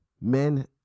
Men